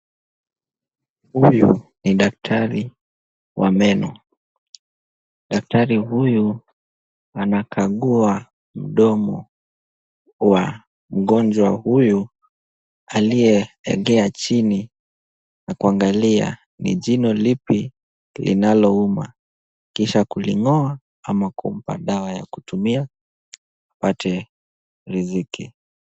Huyu ni daktari wa meno. Daktari huyu anakagua mdomo wa mgonjwa huyu aliyeegea chini, na kuangalia ni jino lipi linalounga, kisha kuling'oa ama kumpa dawa ya kutumia apate riziki.